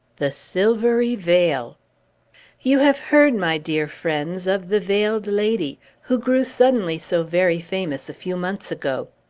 the silvery veil you have heard, my dear friends, of the veiled lady, who grew suddenly so very famous, a few months ago.